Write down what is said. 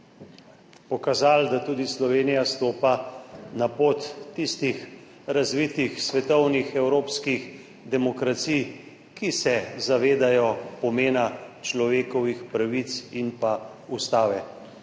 pokazali, da tudi Slovenija stopa na pot tistih razvitih svetovnih evropskih demokracij, ki se zavedajo pomena človekovih pravic in pa ustave.